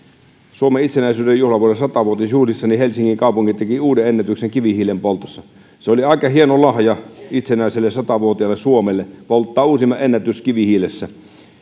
suomen itsenäisyyden juhlavuoden sata vuotisjuhlissa helsingin kaupunki teki uuden ennätyksen kivihiilen poltossa oli aika hieno lahja itsenäiselle sata vuotiaalle suomelle polttaa uusi ennätys kivihiilessä